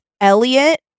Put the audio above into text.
Elliot